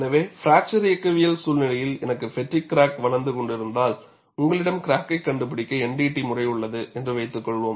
எனவே பிராக்சர் இயக்கவியல் சூழ்நிலையில் எனக்கு பெட்டிக் கிராக் வளர்ந்து கொண்டிருந்தால் உங்களிடம் கிராக்கை கண்டுபிடிக்க NDT முறை உள்ளது என்று வைத்துக்கொள்வோம்